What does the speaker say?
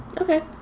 Okay